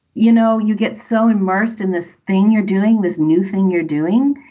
you know, you get so immersed in this thing you're doing, this new thing you're doing,